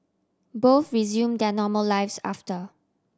both resume their normal lives after